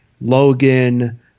Logan